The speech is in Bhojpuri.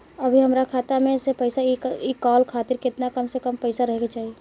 अभीहमरा खाता मे से पैसा इ कॉल खातिर केतना कम से कम पैसा रहे के चाही?